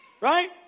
Right